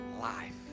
life